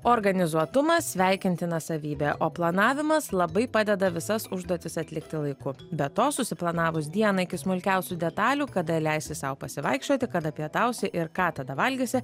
organizuotumas sveikintina savybė o planavimas labai padeda visas užduotis atlikti laiku be to susiplanavus dieną iki smulkiausių detalių kada leisti sau pasivaikščioti kada pietausi ir ką tada valgysi